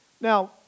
Now